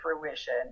fruition